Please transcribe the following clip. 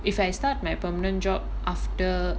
if I start my permanent job after